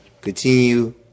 continue